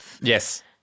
Yes